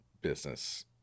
business